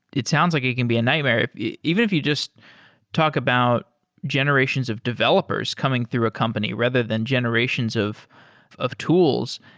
it sounds like it can be a nightmare. even if you just talk about generations of developers coming through a company rather than generations of of tools.